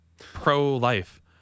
Pro-life